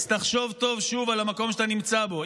אז תחשוב טוב שוב על המקום שאתה נמצא בו,